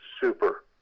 super